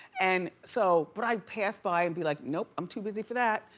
and so but i'd pass by and be like nope. i'm too busy for that.